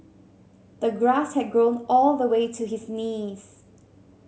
the grass had grown all the way to his knees